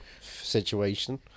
situation